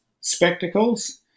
spectacles